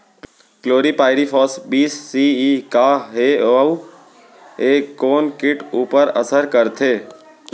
Chlorpyrifos बीस C E का हे अऊ ए कोन किट ऊपर असर करथे?